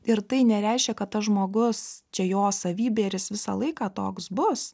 ir tai nereiškia kad tas žmogus čia jo savybė ir jis visą laiką toks bus